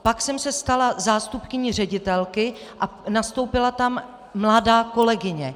Pak jsem se stala zástupkyní ředitelky a nastoupila tam mladá kolegyně.